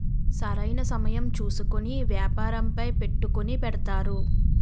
సరైన సమయం చూసుకొని వ్యాపారంపై పెట్టుకుని పెడతారు